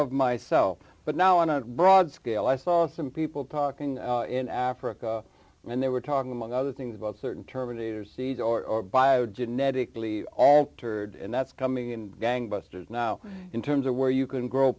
of myself but now on a broad scale i saw some people talking in africa and they were talking among other things about certain terminator seeds or bio genetically altered and that's coming in gangbusters now in terms of where you can grow